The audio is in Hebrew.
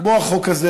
כמו החוק הזה,